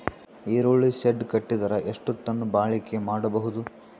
ಈರುಳ್ಳಿ ಶೆಡ್ ಕಟ್ಟಿದರ ಎಷ್ಟು ಟನ್ ಬಾಳಿಕೆ ಮಾಡಬಹುದು?